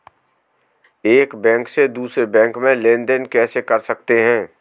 एक बैंक से दूसरे बैंक में लेनदेन कैसे कर सकते हैं?